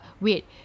Wait